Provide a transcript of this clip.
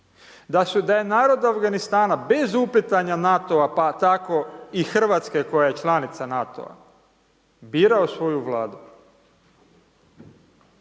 da je narod Afganistana bez uplitanja NATO-a, pa tako i Hrvatske koja je članica NATO-a, birao svoju Vladu,